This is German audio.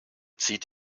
zieht